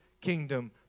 kingdom